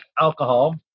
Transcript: alcohol